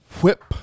whip